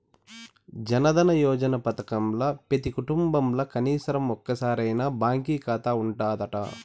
జనదన యోజన పదకంల పెతీ కుటుంబంల కనీసరం ఒక్కోరికైనా బాంకీ కాతా ఉండాదట